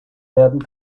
werden